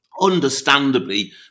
understandably